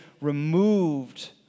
removed